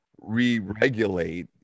re-regulate